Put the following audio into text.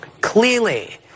clearly